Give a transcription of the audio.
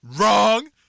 wrong